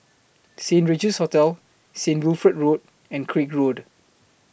Saint Regis Hotel Saint Wilfred Road and Craig Road